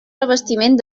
revestiment